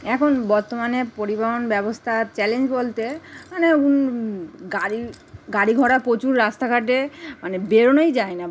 এখন বর্তমানে পরিবহন ব্যবস্থা চ্যালেঞ্জ বলতে মানে গাড়ি গাড়ি ঘোড়া প্রচুর রাস্তাঘাটে মানে বেরোনোই যায় না